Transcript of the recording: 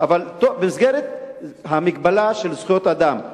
במסגרת המגבלה של זכויות אדם.